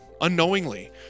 unknowingly